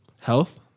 health